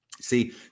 See